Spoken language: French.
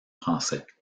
français